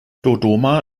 dodoma